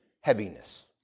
Heaviness